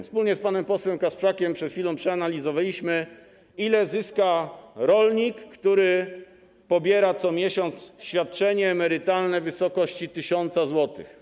Wspólnie z panem posłem Kasprzakiem przed chwilą przeanalizowaliśmy, ile zyska rolnik, który pobiera co miesiąc świadczenie emerytalne w wysokości 1 tys. zł.